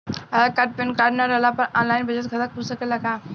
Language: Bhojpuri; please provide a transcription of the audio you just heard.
आधार कार्ड पेनकार्ड न रहला पर आन लाइन बचत खाता खुल सकेला का?